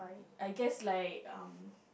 I guess like um